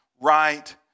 right